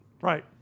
Right